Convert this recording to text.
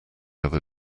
other